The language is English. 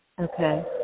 Okay